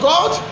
God